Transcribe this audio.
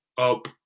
up